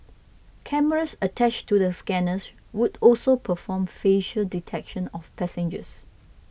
cameras attached to the scanners would also perform facial detection of passengers